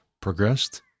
progressed